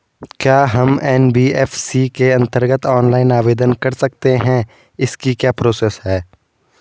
क्या हम एन.बी.एफ.सी के अन्तर्गत ऑनलाइन आवेदन कर सकते हैं इसकी क्या प्रोसेस है?